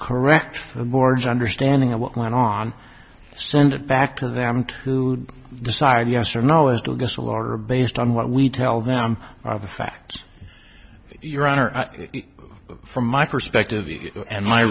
correct for the board's understanding of what went on send it back to them to decide yes or no is google order based on what we tell them are the facts your honor from my perspective and my